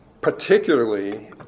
Particularly